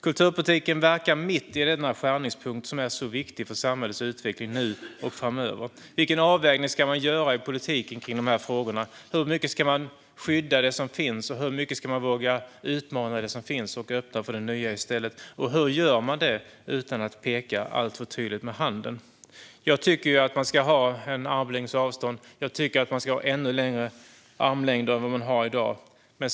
Kulturpolitiken verkar mitt i denna skärningspunkt som är så viktig för samhällets utveckling nu och framöver. Vilken avvägning ska man göra i politiken kring de här frågorna? Hur mycket ska man skydda det som finns? Hur mycket ska man våga utmana det som finns och öppna för det nya i stället? Hur gör man det utan att peka alltför tydligt med handen? Jag tycker att man ska ha armlängds avstånd, ännu längre armlängd än vad man har i dag.